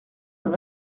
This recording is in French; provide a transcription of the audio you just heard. d’en